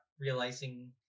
realizing